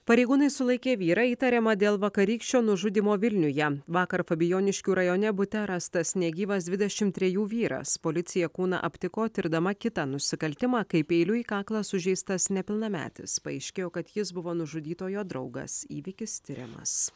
pareigūnai sulaikė vyrą įtariamą dėl vakarykščio nužudymo vilniuje vakar fabijoniškių rajone bute rastas negyvas dvidešim trejų vyras policija kūną aptiko tirdama kitą nusikaltimą kai peiliu į kaklą sužeistas nepilnametis paaiškėjo kad jis buvo nužudytojo draugas įvykis tiriamas